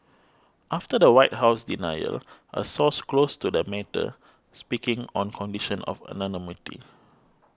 after the White House denial a source close to the matter speaking on condition of anonymity